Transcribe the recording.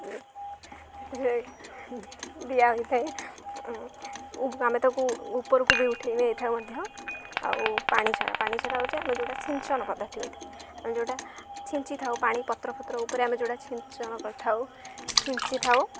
ଦିଆ ହୋଇଥାଏ ଆମେ ତାକୁ ଉପରକୁ ବି ଉଠେଇ ନେଇଥାଉ ମଧ୍ୟ ଆଉ ପାଣିଛଡ଼ା ପାଣିଛଡ଼ା ହେଉଛି ଆମେ ଯେଉଁଟା ଛିଞ୍ଚନ ପଦ୍ଧତି ହୋଇଥାଏ ଆମେ ଯେଉଁଟା ଛିଞ୍ଚିଥାଉ ପାଣି ପତ୍ର ଫତ୍ର ଉପରେ ଆମେ ଯେଉଁଟା ଛିଞ୍ଚନ କରିଥାଉ ଛିଞ୍ଚିଥାଉ